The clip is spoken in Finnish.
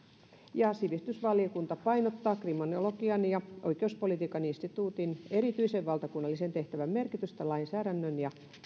sivistysvaliokunta painottaa kriminologian ja oikeuspolitiikan instituutin erityisen valtakunnallisen tehtävän merkitystä lainsäädännön ja